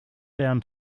down